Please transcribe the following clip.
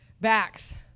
backs